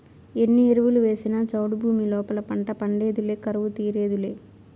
ఎన్ని ఎరువులు వేసినా చౌడు భూమి లోపల పంట పండేదులే కరువు తీరేదులే